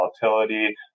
volatility